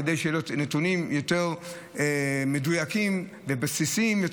כדי שיהיו לנו נתונים יותר מדויקים ובסיסיים יותר,